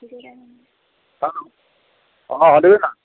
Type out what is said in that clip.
hello অ দেউতা